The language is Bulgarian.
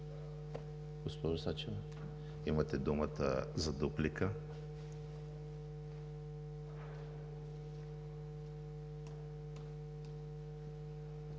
Сачева, имате думата за дуплика.